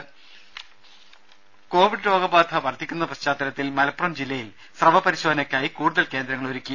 രുമ കോവിഡ് രോഗബാധ വർധിക്കുന്ന പശ്ചാത്തലത്തിൽ മലപ്പുറം ജില്ലയിൽ പരിശോധനയ്ക്കായി സ്രവ കൂടുതൽ കേന്ദ്രങ്ങളൊരുക്കി